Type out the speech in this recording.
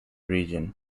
region